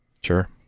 Sure